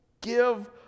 give